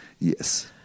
yes